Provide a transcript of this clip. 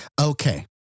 Okay